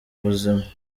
buzima